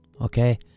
Okay